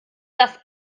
das